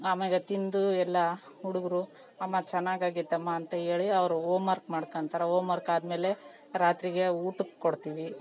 ಆಮೇಲೆ ತಿಂದು ಎಲ್ಲ ಹುಡುಗರು ಅಮ್ಮ ಚೆನ್ನಾಗಾಗಿದೆ ಅಮ್ಮ ಅಂತ ಹೇಳಿ ಅವರು ಓಮ್ ವರ್ಕ್ ಮಾಡ್ಕೊತಾರೆ ಓಮ್ ವರ್ಕ್ ಆದಮೇಲೆ ರಾತ್ರಿಗೆ ಊಟಕ್ಕೆ ಕೊಡ್ತೀವಿ